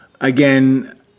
again